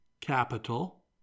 capital